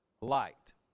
light